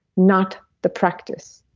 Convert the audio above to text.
not the practice.